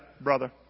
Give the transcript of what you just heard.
brother